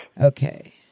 Okay